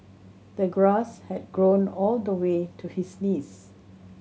the grass had grown all the way to his knees